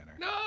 No